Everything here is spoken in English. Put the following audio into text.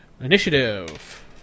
Initiative